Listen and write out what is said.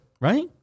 Right